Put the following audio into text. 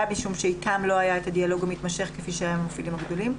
משום שאתן לא היה את הדיאלוג המתמשך כפי שהיה עם המפעילים הגדולים.